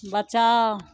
बचाउ